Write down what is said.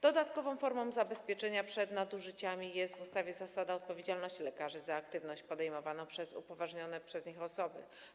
Dodatkową formą zabezpieczenia przed nadużyciami jest w ustawie zasada odpowiedzialności lekarzy za aktywność podejmowaną przez upoważnione przez nich osoby.